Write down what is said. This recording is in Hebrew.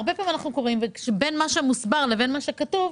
הרבה פעמים בין מה שמוסבר לבין מה שכתוב,